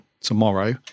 tomorrow